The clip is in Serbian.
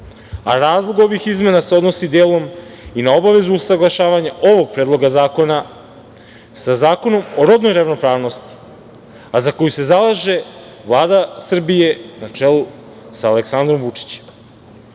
Razlog ovih izmena se odnosi delom i na obavezu usaglašavanja ovog predloga zakona sa Zakonom o rodnoj ravnopravnosti, za koji se zalaže Vlada Srbije, na čelu sa Aleksandrom Vučićem. Ovim